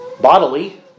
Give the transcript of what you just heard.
Bodily